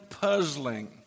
puzzling